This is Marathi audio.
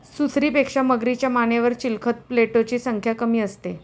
सुसरीपेक्षा मगरीच्या मानेवर चिलखत प्लेटोची संख्या कमी असते